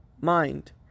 mind